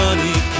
Money